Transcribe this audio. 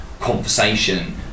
conversation